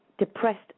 Depressed